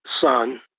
son